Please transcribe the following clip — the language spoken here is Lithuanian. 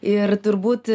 ir turbūt